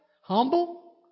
humble